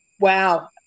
wow